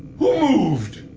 who moved?